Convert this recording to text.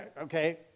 okay